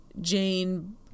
Jane